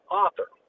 author